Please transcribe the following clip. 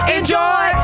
Enjoy